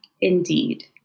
Indeed